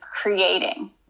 creating